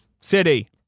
City